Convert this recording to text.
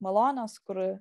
malonios kur